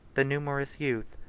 the numerous youth,